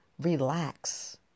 Relax